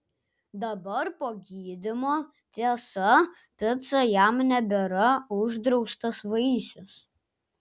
dabar po gydymo tiesa pica jam nebėra uždraustas vaisius